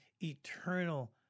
eternal